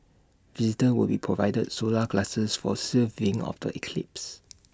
visitors will be provided solar glasses for safe viewing of the eclipse